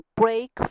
break